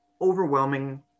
overwhelming